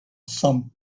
some